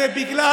זה בגלל